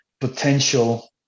potential